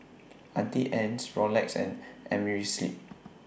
Auntie Anne's Rolex and Amerisleep